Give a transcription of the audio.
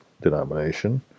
denomination